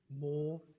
more